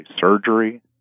surgery